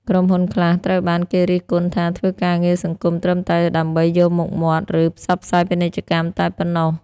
ក្រុមហ៊ុនខ្លះត្រូវបានគេរិះគន់ថា ធ្វើការងារសង្គមត្រឹមតែដើម្បី យកមុខមាត់ ឬផ្សព្វផ្សាយពាណិជ្ជកម្មតែប៉ុណ្ណោះ។